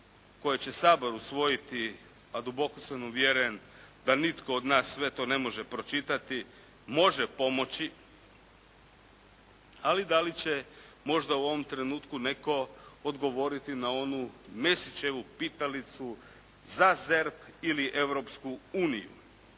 koje će Sabor usvojiti, a duboko sam uvjeren da nitko od nas sve to ne može pročitati, može pomoći ali da li će možda u ovom trenutku netko odgovoriti na onu Mesićevu pitalicu za ZERP ili Europsku uniju.